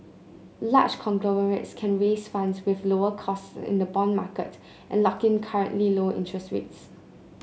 large conglomerates can raise funds with lower costs in the bond market and lock in currently low interest rates